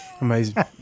amazing